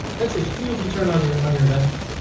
that's a huge return on your on your investment.